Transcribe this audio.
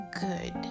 good